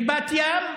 בבת ים.